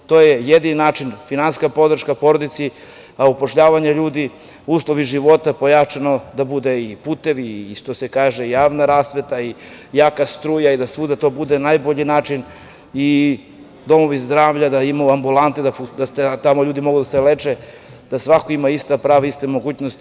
To je jedini način, finansijska podrška porodici, upošljavanje ljudi, uslovi života, pojačano da bude i putevi, što se kaže, javna rasveta i jaka struka i da svuda to bude najbolje, i domovi zdravlja, da imamo ambulante da tamo ljudi mogu da se leče, da svako ima ista prava, iste mogućnosti.